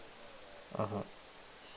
mmhmm